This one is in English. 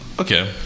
Okay